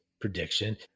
prediction